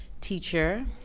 teacher